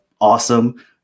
awesome